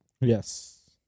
Yes